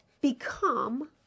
become